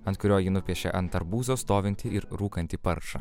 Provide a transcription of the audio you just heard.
ant kurio ji nupiešė ant arbūzo stovintį ir rūkantį paršą